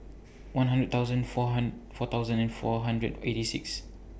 one hundred thousand four four thousand and four hundred eighty six